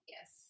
Yes